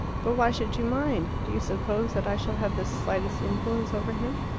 but why should you mind? do you suppose that i shall have the slightest influence over him?